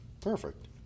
Perfect